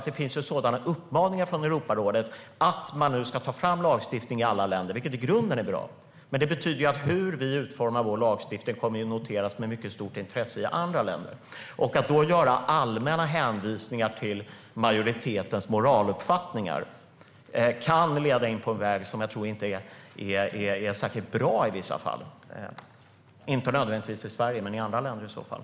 Det finns ju uppmaningar från Europarådet om att alla länder ska ta fram en lagstiftning, vilket i grunden är bra. Men det betyder att hur vi utformar vår lagstiftning kommer att noteras med mycket stort intresse i andra länder. Att då göra allmänna hänvisningar till majoritetens moraluppfattningar kan leda in på en väg som jag tror inte är särskilt bra i vissa fall. Det gäller inte nödvändigtvis i Sverige men i andra länder i så fall.